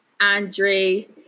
Andre